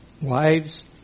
Wives